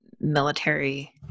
military